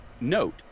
note